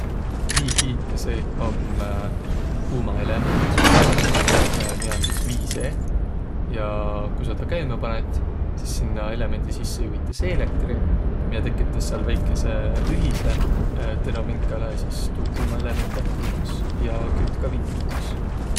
Viikiitjä seeh om kuumaelement, miä om sis vii seeh. Ja ku saq tä käümä panõt, sis sinnäq sisse juhitas eelektri, miä tekütäs sääl väikese lühise, teno minkalõ sis tuu kuumaelement lätt kuumas ja kütt ka vii kuumas.